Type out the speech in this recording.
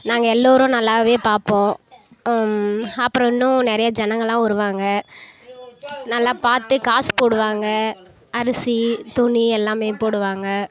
நாங்கள் எல்லோரும் நல்லா பார்ப்போம் அப்புறம் இன்னும் நிறைய ஜனங்கள்லாம் வருவாங்க நல்லா பார்த்து காசு போடுவாங்க அரிசி துணி எல்லாம் போடுவாங்க